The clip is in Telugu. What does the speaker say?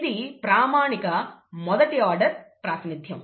ఇది ప్రామాణిక మొదటి ఆర్డర్ ప్రాతినిధ్యం